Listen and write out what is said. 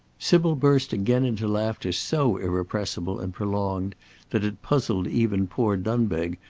sybil burst again into laughter so irrepressible and prolonged that it puzzled even poor dunbeg,